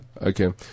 Okay